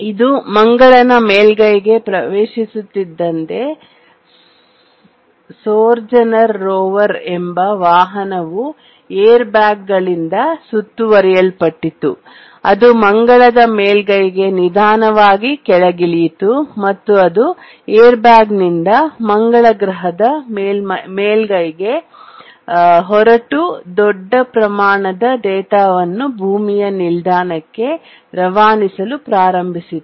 ಇದು ಮಂಗಳನ ಮೇಲ್ಮೈಗೆ ಪ್ರವೇಶಿಸುತ್ತಿದ್ದಂತೆ ಸೊಜೋರ್ನರ್ ರೋವರ್ ಎಂಬ ವಾಹನವು ಏರ್ ಬ್ಯಾಗ್ಗಳಿಂದ ಸುತ್ತುವರಿಯಲ್ಪಟ್ಟಿತು ಅದು ಮಂಗಳದ ಮೇಲ್ಮೈಗೆ ನಿಧಾನವಾಗಿ ಕೆಳಗಿಳಿಯಿತು ಮತ್ತು ಅದು ಏರ್ಬ್ಯಾಗ್ನಿಂದ ಮಂಗಳ ಗ್ರಹದ ಮೇಲ್ಮೈಗೆ ಹೊರಟು ದೊಡ್ಡ ಪ್ರಮಾಣದ ಡೇಟಾವನ್ನು ಭೂಮಿಯ ನಿಲ್ದಾಣಕ್ಕೆ ರವಾನಿಸಲು ಪ್ರಾರಂಭಿಸಿತು